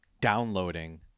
downloading